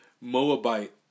Moabite